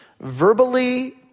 verbally